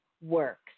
works